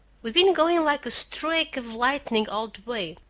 we'd been going like a streak of lightning all the way,